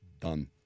Done